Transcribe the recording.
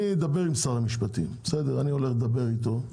אני אדבר עם שר המשפטים, אני הולך לדבר איתו.